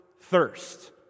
Thirst